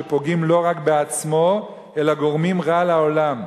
שפוגעים לא רק בעצמו אלא גורמים רע לעולם,